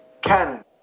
canon